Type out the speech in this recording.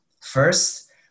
First